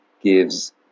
gives